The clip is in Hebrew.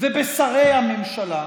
ובשרי הממשלה,